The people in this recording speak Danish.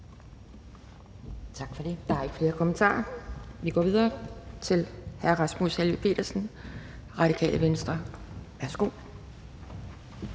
Tak for det. Der er ikke flere kommentarer. Vi går videre til hr. Rasmus Helveg Petersen, Radikale Venstre. Værsgo.